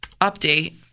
update